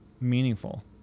meaningful